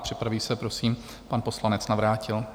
Připraví se prosím pan poslanec Navrátil.